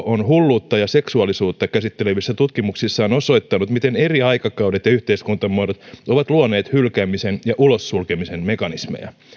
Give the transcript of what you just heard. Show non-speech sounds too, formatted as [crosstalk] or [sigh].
[unintelligible] on hulluutta ja seksuaalisuutta käsittelevissä tutkimuksissaan osoittanut miten eri aikakaudet ja yhteiskuntamuodot ovat luoneet hylkäämisen ja ulossulkemisen mekanismeja